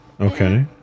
Okay